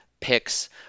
Picks